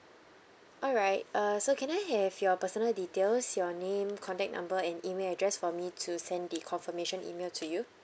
alright uh so can I have your personal details your name contact number and email address for me to send the confirmation email to you